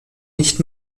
nicht